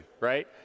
right